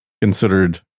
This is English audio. considered